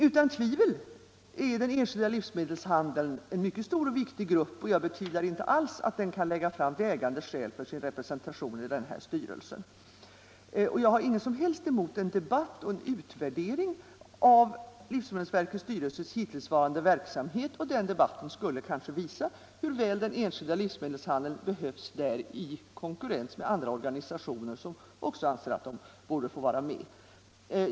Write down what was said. Utan tvivel är den enskilda livsmedelshandeln en mycket stor och viktig grupp, och jag betvivlar inte alls att den kan lägga fram vägande skäl för sin representation i styrelsen. Jag har ingenting alls emot en debatt och en utvärdering av livsmedelsverkets styrelses hittillsvarande verksamhet. En sådan debatt skulle kanske visa hur väl den enskilda livsmedelshandeln behövs där i konkurrens med andra organisationer, som också anser att de borde få vara med.